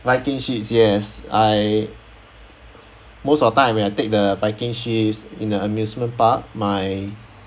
viking ships yes I most of the time when I take the viking ships in the amusement park my